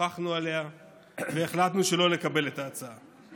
שוחחנו עליה והחלטנו שלא לקבל את ההצעה.